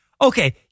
Okay